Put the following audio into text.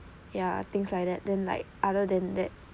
ya things like that then like other than that